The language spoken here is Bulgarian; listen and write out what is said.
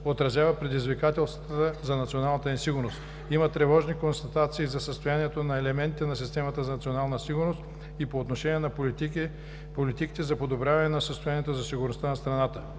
отразява предизвикателствата за националната сигурност. Има тревожни констатации за състоянието на елементи на системата за национална сигурност и по отношение на политиките за подобряване на състоянието на сигурността на страната.